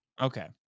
Okay